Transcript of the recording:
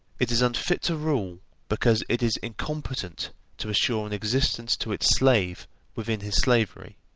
it is unfit to rule because it is incompetent to assure an existence to its slave within his slavery,